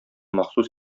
махсус